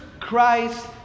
Christ